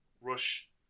rush